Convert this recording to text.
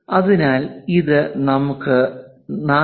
അതിനാൽ ഇത് നമുക്ക് 4